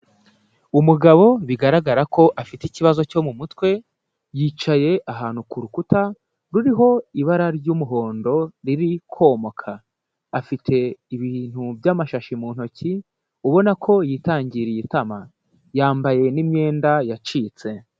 Umugabo bigaragara ko afite ikibazo cyo mu mutwe yicaye ahantu ku rukuta ruriho ibara ry'umuhondo riri komoka, afite ibintu by'amashashi mu ntoki ubona ko yitangiriye itama, yambaye n'imyenda yacitse.